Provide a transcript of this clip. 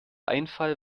einfall